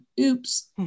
oops